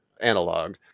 analog